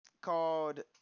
called